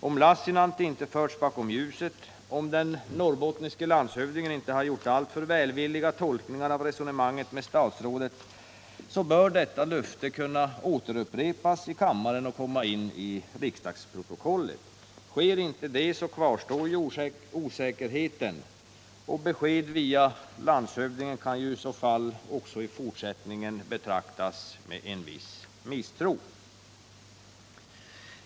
Om Ragnar Lassinantti inte förts bakom ljuset, och om den norrbottniske landshövdingen inte har gjort alltför välvilliga tolkningar av resonemanget med statsrådet, bör detta löfte kunna åberopas i kammaren och komma in i riksdagsprotokollet. Sker inte det kvarstår ju osäkerheten, och besked via landshövdingen kan i så fall även i fortsättningen betraktas med en viss misstro.